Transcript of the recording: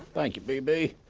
thank you, bb.